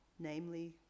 namely